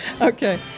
Okay